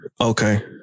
okay